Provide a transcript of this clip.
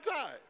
time